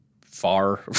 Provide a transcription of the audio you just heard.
far